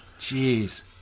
Jeez